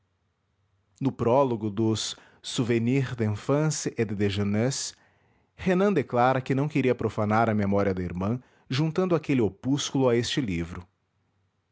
no prólogo dos souvenirs d'enfance et de jeunesse renan declara que não queria profanar a memória da irmã juntando aquele opúsculo a este livro